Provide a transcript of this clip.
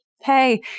hey